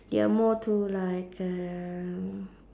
they are more to like uh